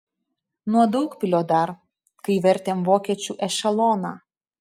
nuo daugpilio dar kai vertėm vokiečių ešeloną